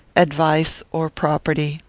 advice, or property.